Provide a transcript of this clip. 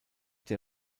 der